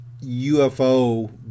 UFO